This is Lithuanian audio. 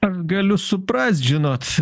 aš galiu suprast žinot